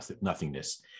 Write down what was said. nothingness